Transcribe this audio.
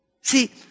See